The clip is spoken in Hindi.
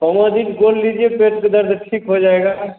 पमादिन गोल्ड लीजिए पेट का दर्द ठीक हो जाएगा